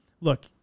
look